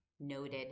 noted